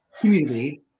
community